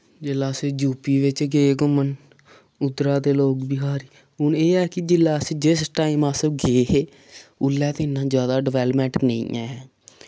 जेल्लै अस यूपी बिच गे घुम्मन उद्धरा दे लोग बिहारी हून एह् ऐ कि जेल्लै अस जिस टाइम अस गे हे उल्लै ते इन्ना जैदा डेवलपमैंट नेईं ऐ